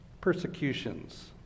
persecutions